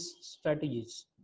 strategies